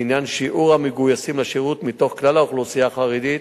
לעניין שיעור המגויסים לשירות מתוך כלל האוכלוסייה החרדית,